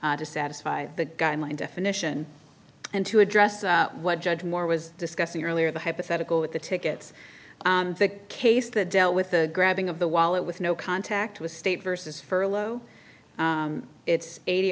to satisfy the guideline definition and to address what judge moore was discussing earlier the hypothetical with the tickets case that dealt with the grabbing of the wallet with no contact with state versus furlough it's eighty